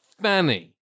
Fanny